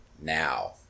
now